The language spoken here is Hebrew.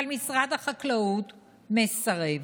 אבל משרד החקלאות מסרב.